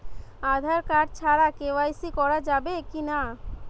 Aadhaar card ছাড়া KYC করা যাবে কি না?